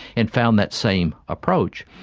and found that same approach.